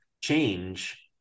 change